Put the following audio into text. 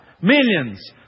Millions